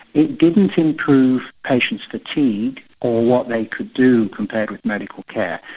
it didn't improve patients' fatigue or what they could do compared with medical care.